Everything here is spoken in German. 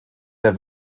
der